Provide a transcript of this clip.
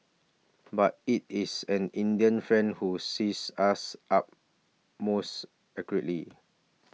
but it is an Indian friend who seize us up most accurately